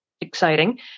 exciting